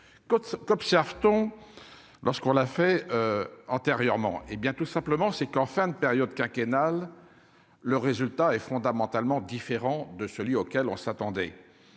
qu'observe-t-on lorsqu'on a fait antérieurement, hé bien tout simplement, c'est qu'en fin de période quinquennale, le résultat est fondamentalement différent de celui auquel on s'attendait,